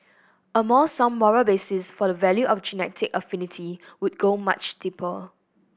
a more sound moral basis for the value of genetic affinity would go much deeper